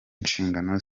nshingano